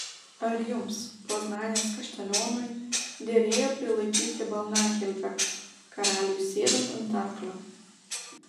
ar jums poznanės kaštelionui derėjo prilaikyti balnakilpę karaliui sėdant ant arklio